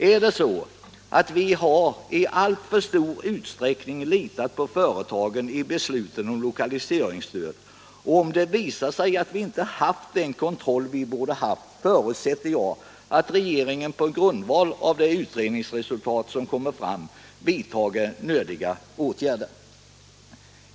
Är det så att vi i alltför stor utsträckning har litat på företagen i besluten om lokaliseringsstöd och om det visar sig att vi inte har haft den kontroll som vi borde ha haft förutsätter jag att regeringen på grundval av det utredningsresultat som kommer fram vidtar nödiga åtgärder.